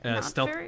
stealth